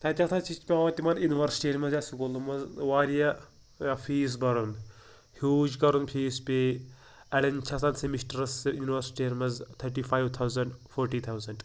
تَتہِ ہسا چھُ پیٚوان تِمَن یونیورسِٹیَِن منٛز یا سکوٗلَن منٛز واریاہ ٲں فیٖس بھَرُن ہیٛوٗج کَرُن فیٖس پے اَڑیٚن چھِ آسان سیٚمِسٹرس یونیورسِٹیَن منٛز thirty five thousand forty thousand